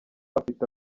afite